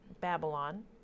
Babylon